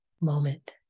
moment